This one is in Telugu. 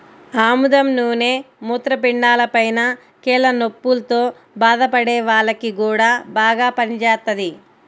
ఆముదం నూనె మూత్రపిండాలపైన, కీళ్ల నొప్పుల్తో బాధపడే వాల్లకి గూడా బాగా పనిజేత్తది